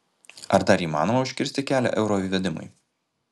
ar dar įmanoma užkirsti kelią euro įvedimui